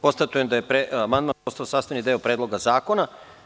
Konstatujem da je amandman postao sastavni deo Predloga zakona.